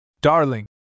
Darling